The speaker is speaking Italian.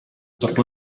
dopo